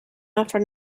after